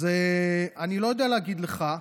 אז אני לא יודע להגיד לך.